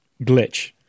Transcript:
glitch